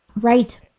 Right